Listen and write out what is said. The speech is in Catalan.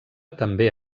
també